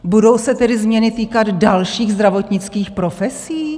Budou se tedy změny týkat dalších zdravotnických profesí?